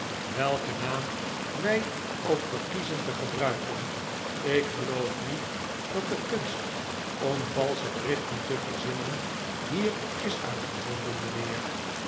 welken naam wij ook verkiezen te gebruiken ik geloof niet dat de kunst om valsche berichten te verzinnen hier is uitgevonden mijnheer